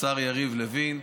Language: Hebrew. יריב לוין,